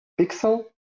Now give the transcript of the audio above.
pixel